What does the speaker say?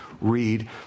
read